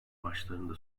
başlarında